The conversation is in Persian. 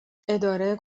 اداره